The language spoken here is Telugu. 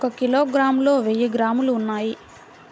ఒక కిలోగ్రామ్ లో వెయ్యి గ్రాములు ఉన్నాయి